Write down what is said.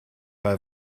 bei